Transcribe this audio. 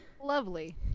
Lovely